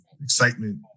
excitement